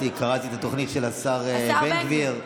קראתי את התוכנית של השר בן גביר,